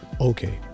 Okay